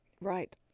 Right